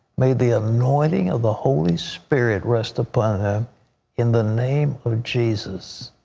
may the anointing of the holy spirit rest upon them in the name of jesus.